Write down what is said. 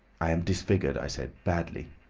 i am disfigured i said. badly.